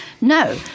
No